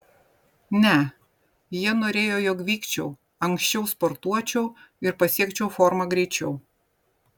ne jie norėjo jog vykčiau anksčiau sportuočiau ir pasiekčiau formą greičiau